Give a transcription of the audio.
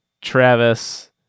Travis